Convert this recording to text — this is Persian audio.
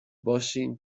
باشیم